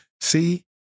See